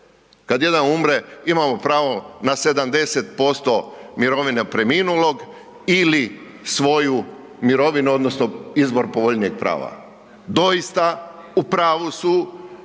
kad jedan umre imamo pravo na 70% mirovine preminulog ili svoju mirovinu odnosno izbor povoljnijeg prava. Doista, u pravu su